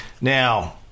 Now